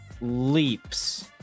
leaps